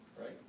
Right